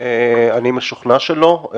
אני משוכנע שלא.